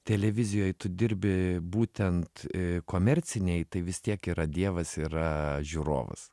televizijoj tu dirbi būtent komercinei tai vis tiek yra dievas yra žiūrovas